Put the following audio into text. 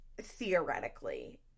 theoretically